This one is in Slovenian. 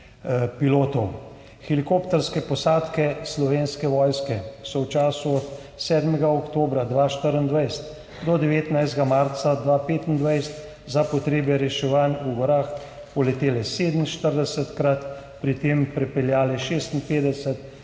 Helikopterske posadke Slovenske vojske so v času od 7. oktobra 2024 do 19. marca 2025 za potrebe reševanj v gorah poletele 47-krat, pri tem prepeljale 56